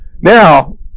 now